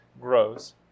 grows